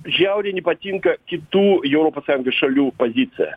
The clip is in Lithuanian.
žiauriai nepatinka kitų europos sąjungos šalių pozicija